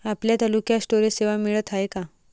आपल्या तालुक्यात स्टोरेज सेवा मिळत हाये का?